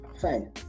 fine